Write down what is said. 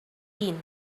din